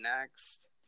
next